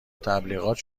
تبلیغات